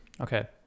Okay